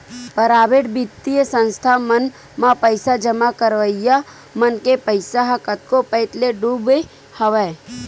private बित्तीय संस्था मन म पइसा जमा करइया मन के पइसा ह कतको पइत ले डूबे हवय